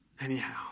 Anyhow